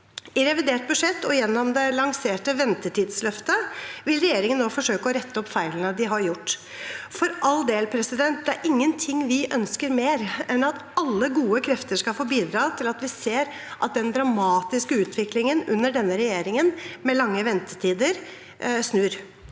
I revidert budsjett og gjennom det lanserte ventetidsløftet vil regjeringen nå forsøke å rette opp feilene de har gjort. For all del, det er ingenting vi ønsker mer enn at alle gode krefter skal få bidra til at vi ser at den dramatiske utviklingen under denne regjeringen, med lange ventetider, snur.